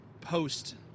post